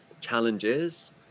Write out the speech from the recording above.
challenges